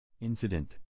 Incident